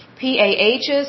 PAHs